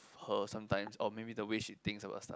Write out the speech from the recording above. her sometimes or maybe the way she thinks about stuff